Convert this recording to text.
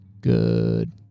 Good